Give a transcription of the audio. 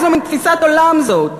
איזה מין תפיסת עולם זאת?